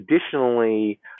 Additionally